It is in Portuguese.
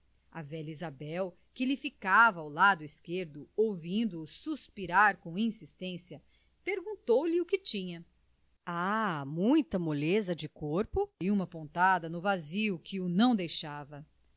a velha isabel que lhe ficava ao lado esquerdo ouvindo-o suspirar com insistência perguntou-lhe o que tinha ah muita moleza de corpo e uma pontada do vazio que o não deixava